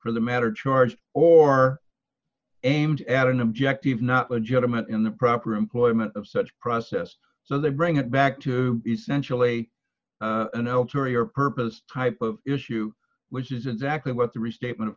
for the matter charged or aimed at an objective not legitimate in the proper employment of such process so they bring it back to essentially an l tory or purpose type of issue which is exactly what the restatement of